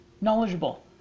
knowledgeable